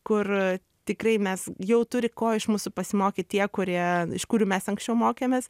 kur tikrai mes jau turi ko iš mūsų pasimokyt tie kurie iš kurių mes anksčiau mokėmės